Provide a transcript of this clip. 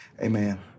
Amen